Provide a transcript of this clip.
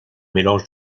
mélange